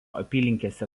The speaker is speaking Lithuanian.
apylinkėse